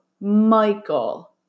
Michael